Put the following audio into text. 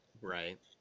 Right